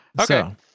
okay